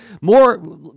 more